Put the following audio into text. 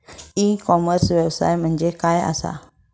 E commerce व्यवसाय म्हणजे काय असा?